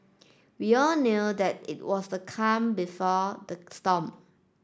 we all knew that it was the calm before the storm